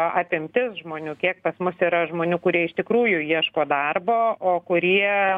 apimtis žmonių kiek pas mus yra žmonių kurie iš tikrųjų ieško darbo o kurie